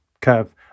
curve